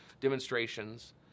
demonstrations